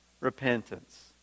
repentance